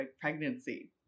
pregnancy